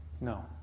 No